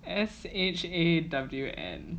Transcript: S H A W N